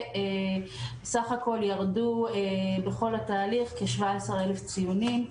סך הכול ירדו בכל התהליך כ-17 אלף ציונים.